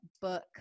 book